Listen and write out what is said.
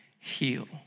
Heal